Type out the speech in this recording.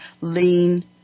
lean